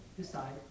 decide